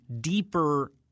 deeper